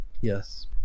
Yes